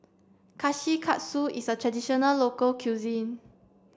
Kushikatsu is a traditional local cuisine